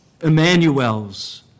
Emmanuel's